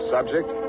Subject